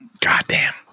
Goddamn